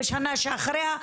בשנה שאחריה,